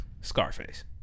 Scarface